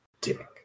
dick